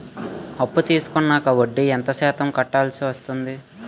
అప్పు తీసుకున్నాక వడ్డీ ఎంత శాతం కట్టవల్సి వస్తుంది?